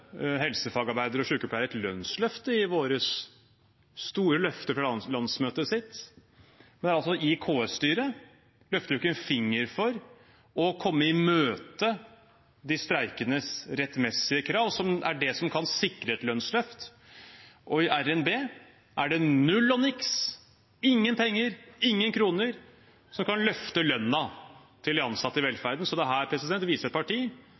helsefagarbeidere og sykepleiere et lønnsløft i vår – store løfter fra landsmøtet sitt – men er altså i KS-styret og løfter ikke en finger for å imøtekomme de streikendes rettmessige krav, som er det som kan sikre et lønnsløft. Og i RNB er det null og niks – ingen penger, ingen kroner – som kan løfte lønnen til de ansatte i velferden. Så dette viser et parti